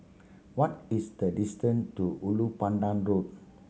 what is the distance to Ulu Pandan Road